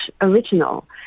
original